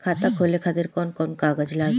खाता खोले खातिर कौन कौन कागज लागी?